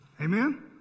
Amen